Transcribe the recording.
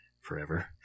forever